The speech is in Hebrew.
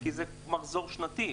כי זה מחזור שנתי,